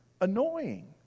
annoying